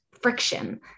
friction